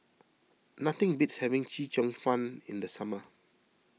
nothing beats having Chee Cheong Fun in the summer